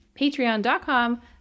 Patreon.com